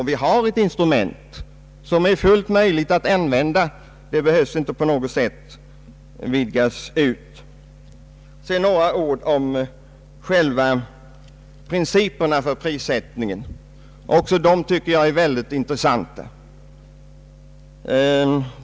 Vi har ett instrument som är fullt användbart, det behöver inte på något sätt förändras. Principerna för prissättningen är också intressanta.